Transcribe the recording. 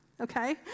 okay